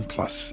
Plus